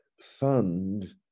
fund